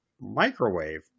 microwave